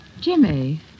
Jimmy